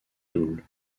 double